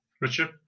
Richard